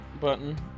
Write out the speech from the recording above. button